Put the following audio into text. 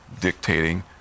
dictating